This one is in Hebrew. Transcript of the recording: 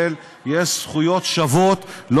תקרא מהר את החוק,